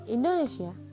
Indonesia